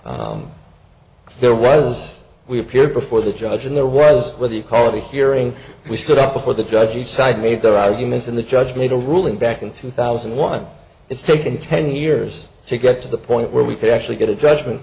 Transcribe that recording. there was we appeared before the judge and there were as with the quality hearing we stood up before the judge each side made their arguments and the judge made a ruling back in two thousand and one it's taken ten years to get to the point where we could actually get a judgment